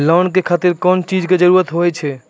Loan के खातिर कौन कौन चीज के जरूरत हाव है?